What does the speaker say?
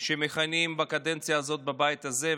שמכהנים בקדנציה הזאת בבית הזה.